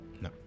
No